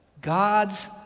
God's